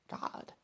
God